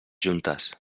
juntes